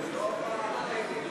הגבלה על העלאת דמי השכירות),